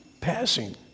passing